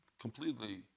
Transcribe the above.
completely